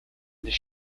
this